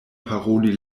paroli